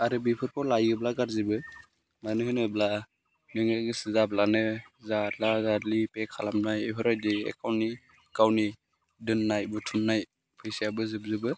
आरो बेफोरखौ लायोब्ला गाज्रिबो मानो होनोब्ला नोङो गोसो जाब्लानो जादला जादलि पे खालामनाय बेफोरबायदि एखाउन्टनि गावनि दोननाय बुथुमनाय फैसायाबो जोबजोबो